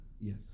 Yes